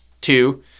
two